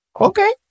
okay